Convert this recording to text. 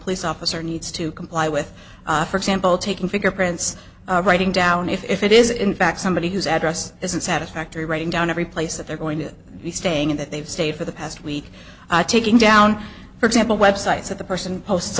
police officer needs to comply with for example taking figure prints writing down if it is in fact somebody who's address isn't satisfactory writing down every place that they're going to be staying in that they've stayed for the past week taking down for example websites that the person posts